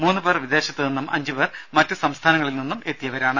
മൂന്നു പേർ വിദേശത്തുനിന്നും അഞ്ചു പേർ മറ്റു സംസ്ഥാനങ്ങളിൽനിന്നും എത്തിയവരാണ്